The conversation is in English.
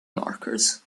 markers